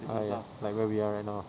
ah ya like where we are right now ah